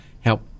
help